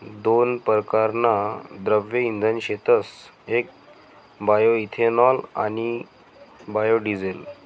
दोन परकारना द्रव्य इंधन शेतस येक बायोइथेनॉल आणि बायोडिझेल